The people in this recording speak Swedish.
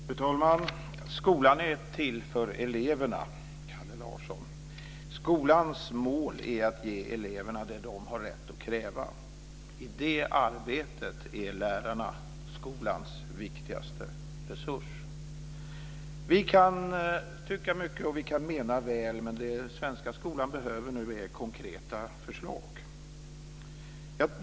Fru talman! Skolan är till för eleverna, Kalle Larsson. Skolans mål är att ge eleverna det de har rätt att kräva. I det arbetet är lärarna skolans viktigaste resurs. Vi kan tycka mycket, och vi kan mena väl. Men det den svenska skolan behöver nu är konkreta förslag.